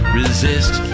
resist